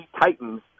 Titans